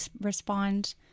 respond